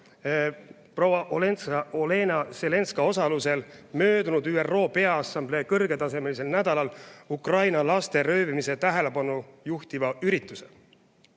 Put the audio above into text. proua Olena Zelenska osalusel peetud ÜRO Peaassamblee kõrgetasemelisel nädalal Ukraina laste röövimisele tähelepanu juhtiva ürituse.